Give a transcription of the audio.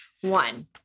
one